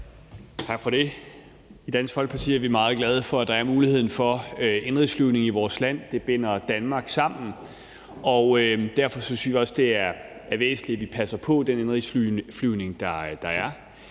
Tak for det. I Dansk Folkeparti er vi meget glade for, at der er mulighed for indenrigsflyvning i vores land. Det binder Danmark sammen. Derfor synes jeg også, det er væsentligt, at vi passer på den indenrigsflyvning, der er.